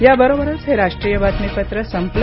याबरोबरच हे राष्ट्रीय बातमीपत्र संपलं